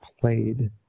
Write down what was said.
played